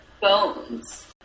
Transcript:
Bones